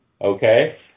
okay